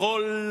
שלכל